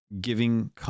giving